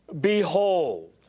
behold